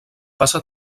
passa